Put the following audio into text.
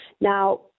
Now